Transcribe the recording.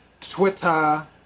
Twitter